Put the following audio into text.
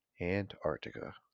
Antarctica